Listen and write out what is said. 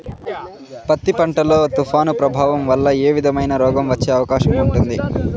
పత్తి పంట లో, తుఫాను ప్రభావం వల్ల ఏ విధమైన రోగం వచ్చే అవకాశం ఉంటుంది?